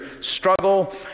struggle